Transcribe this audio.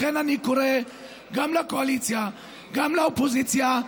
לכן אני קורא גם לקואליציה, גם לאופוזיציה,